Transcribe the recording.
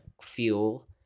fuel